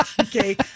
Okay